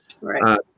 Right